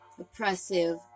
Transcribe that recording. oppressive